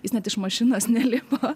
jis net iš mašinos nelipo